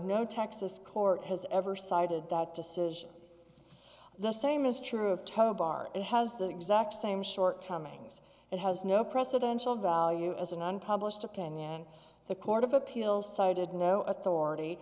no texas court has ever cited that decision the same is true of towbar it has the exact same short comings it has no precedential value as an unpublished opinion the court of appeals cited no authority